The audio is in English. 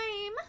time